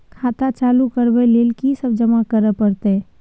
खाता चालू करबै लेल की सब जमा करै परतै?